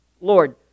Lord